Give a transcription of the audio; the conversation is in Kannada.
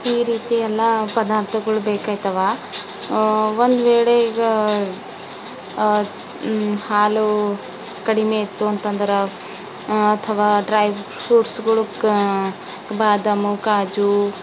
ಈ ರೀತಿ ಎಲ್ಲ ಪದಾರ್ಥಗಳು ಬೇಕಾಯ್ತವೆ ಒಂದು ವೇಳೆ ಈಗ ಹಾಲು ಕಡಿಮೆ ಇತ್ತು ಅಂತಂದ್ರೆ ಅಥವಾ ಡ್ರೈ ಫ್ರೂಟ್ಸ್ಗಳು ಬಾದಾಮು ಕಾಜು